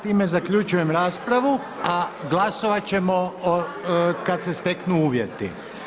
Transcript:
Time zaključujem raspravu, a glasovati ćemo kad se steknu uvjeti.